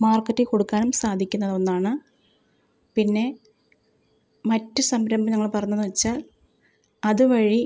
മാർക്കറ്റിൽ കൊടുക്കാനും സാധിക്കുന്നതൊന്നാണ് പിന്നെ മറ്റു സംരംഭം ഞങ്ങൾ പറഞ്ഞതെന്നു വെച്ചാൽ അതു വഴി